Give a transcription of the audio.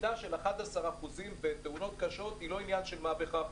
שירידה של 11% בתאונות קשות היא לא עניין של מה בכך.